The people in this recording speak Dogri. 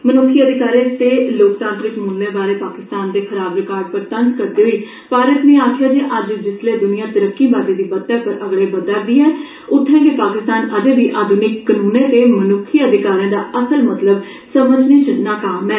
मनुक्खी अधिकारें ते लोकतांत्रिक मूल्यें बारे पाकिस्तान दे खराब रिकार्ड पर तंज करदे होई भारत ने आक्खेआ जे अज्ज जिसलै दूनिया तरक्की बाददे दी बत्तै पर अगडे बधे करदी ऐ उत्थें गै पाकिस्तान अजें बी आधुनिक कनूने ते मनुक्ख अधिकारें दा असल मतलब समझने च नकाम ऐ